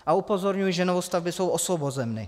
A upozorňuji, že novostavby jsou osvobozeny.